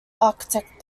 architect